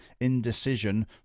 indecision